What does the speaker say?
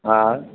हा